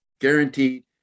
guaranteed